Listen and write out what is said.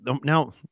now